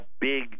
big